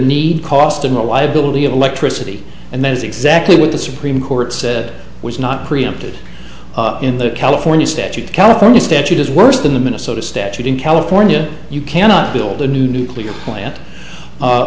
need cost and reliability of electricity and that is exactly what the supreme court said was not preempted in the california statute california statute is worse than the minnesota statute in california you cannot build a new nuclear plant